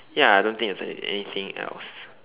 ya I don't think there's any anything else